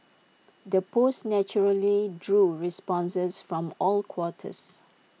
the post naturally drew responses from all quarters